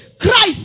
Christ